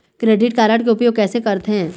Credit card के उपयोग कैसे करथे?